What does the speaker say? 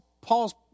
Paul's